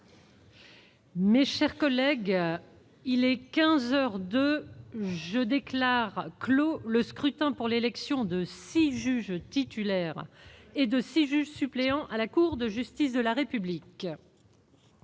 heures et deux minutes. Je déclare clos le scrutin pour l'élection de six juges titulaires et de six juges suppléants à la Cour de justice de la République.